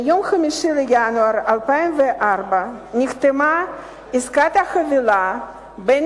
ביום 5 בינואר 2004 נחתמה עסקת החבילה בין